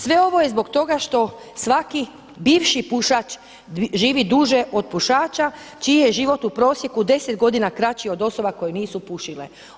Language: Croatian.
Sve ovo je zbog toga što svaki bivši pušač živi duže od pušača čiji je život u prosjeku 10 godina kraći od osoba koje nisu pušile.